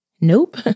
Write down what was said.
Nope